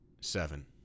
Seven